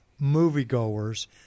moviegoers